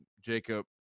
Jacob